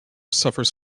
suffers